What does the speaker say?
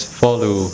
follow